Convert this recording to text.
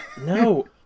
No